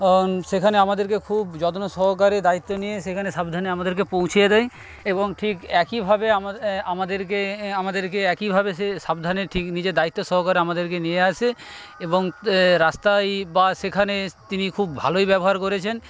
সেখানে আমাদেরকে খুব যত্ন সহকারে দায়িত্ব নিয়ে সেখানে সাবধানে আমাদেরকে পৌঁছিয়ে দেয় এবং ঠিক একইভাবে আমাদেরকে একইভাবে সে সাবধানে ঠিক নিজের দায়িত্ব সহকারে আমাদেরকে নিয়ে আসে এবং রাস্তায় বা সেখানে তিনি খুব ভালোই ব্যবহার করেছেন